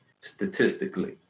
statistically